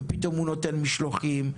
ופתאום הוא נותן משלוחים,